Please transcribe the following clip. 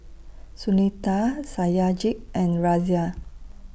Sunita Satyajit and Razia